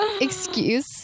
Excuse